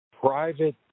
private